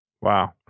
Wow